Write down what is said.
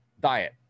diet